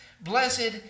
Blessed